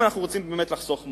אם אנחנו רוצים באמת לחסוך מים,